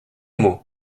mot